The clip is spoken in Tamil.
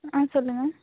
ஆ சொல்லுங்க